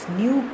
new